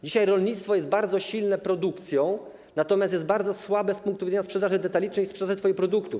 Dzisiaj rolnictwo jest bardzo silne produkcją, natomiast jest bardzo słabe z punktu widzenia sprzedaży detalicznej i sprzedaży jego produktów.